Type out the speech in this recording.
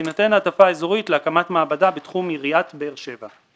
תינתן העדפה אזורית להקמת מעבדה בתחום עיריית באר שבע.